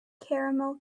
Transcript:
caramel